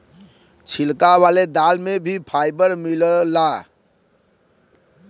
छिलका वाले दाल में भी फाइबर मिलला